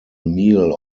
meal